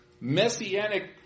messianic